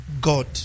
God